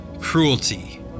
cruelty